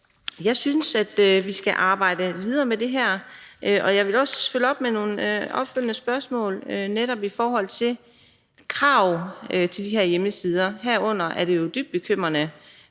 jeg synes, vi skal arbejde videre med det her, og jeg vil også komme med nogle opfølgende spørgsmål i forhold til krav til de her hjemmesider. I den forbindelse er det jo dybt bekymrende,